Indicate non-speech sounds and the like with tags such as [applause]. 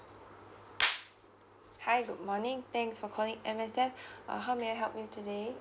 [noise] hi good morning thanks for calling M_S_F uh how may I help you today